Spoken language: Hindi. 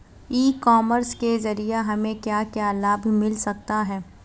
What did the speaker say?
ई कॉमर्स के ज़रिए हमें क्या क्या लाभ मिल सकता है?